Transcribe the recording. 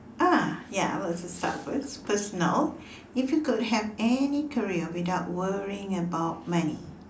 ah ya I will just start first personal if you could have any career without worrying about money